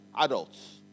adults